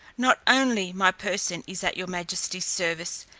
not only my person is at your majesty's service,